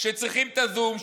שצריכים את הזום,